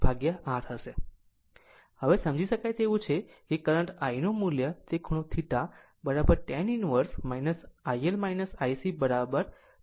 આ હવે આમ સમજી શકાય તેવું છે કરંટ I ની મુલ્ય તે ખૂણો θ tan inverse IL ICR લખી શકે છે